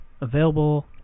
available